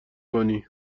کنی